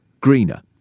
greener